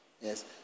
Yes